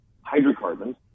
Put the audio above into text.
hydrocarbons